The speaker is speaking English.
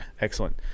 Excellent